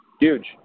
Huge